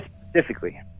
specifically